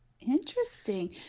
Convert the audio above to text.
Interesting